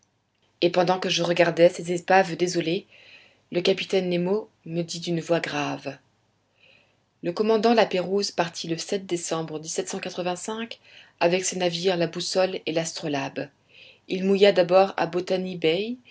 et pendant que je regardais ces épaves désolées le capitaine nemo me dit d'une voix grave le commandant la pérouse partit le décembre avec ses navires la boussole et l'astrolabe il mouilla d'abord à